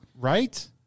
Right